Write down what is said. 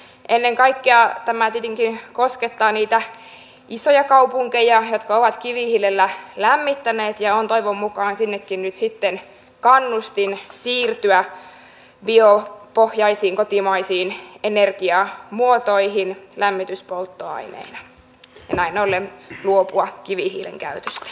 ennen kaikkea tämä tietenkin koskettaa niitä isoja kaupunkeja jotka ovat kivihiilellä lämmittäneet ja on toivon mukaan sinnekin nyt sitten kannustin siirtyä biopohjaisiin kotimaisiin energiamuotoihin lämmityspolttoaineina ja näin ollen luopua kivihiilen käytöstä